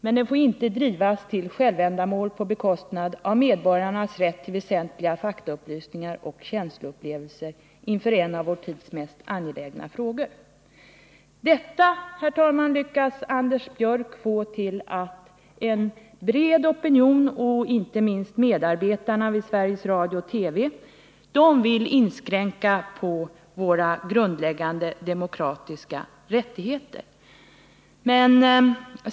Men den får inte drivas till ett självändamål på bekostnad av medborgarnas rätt till väsentliga faktaupplysningar och känsloupplevelser inför en av vår tids mest angelägna frågor.” Detta, herr talman, lyckas Anders Björck få till att en bred opinion, inte minst medarbetarna vid Sveriges Radio och TV, vill inskränka våra grundläggande demokratiska rättigheter.